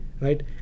right